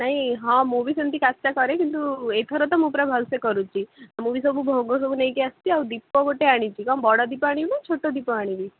ନାହିଁ ହଁ ମୁଁ ବି ସେମିତି କାଷ୍ଠା କରେ କିନ୍ତୁ ଏହିଥର ତ ମୁଁ ପୁରା ଭଲ ସେ କରୁଛି ମୁଁ ବି ସବୁ ଭୋଗ ସବୁ ନେଇକି ଆସିଛି ଆଉ ଦୀପ ଗୋଟେ ଆଣିଛି କ'ଣ ବଡ଼ ଦୀପ ଆଣିବି ନା ଛୋଟ ଦୀପ ଆଣିବି